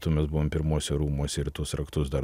tuomet mes buvome pirmuose rūmuose ir tuos raktus dar duodavo